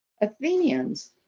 Athenians